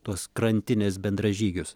tuos krantinės bendražygius